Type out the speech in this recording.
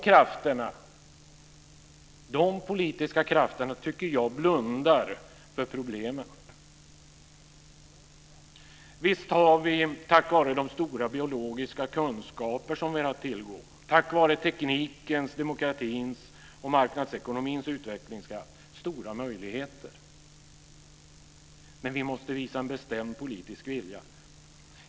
Dessa politiska krafter tycker jag blundar för problemen. Visst har vi, tack vare de stora biologiska kunskaper som vi har att tillgå, tack vare teknikens, demokratins och marknadsekonomins utvecklingskraft, stora möjligheter. Men vi måste visa en bestämd politisk vilja.